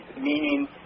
meaning